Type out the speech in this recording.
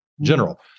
general